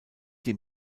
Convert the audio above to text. dem